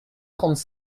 trente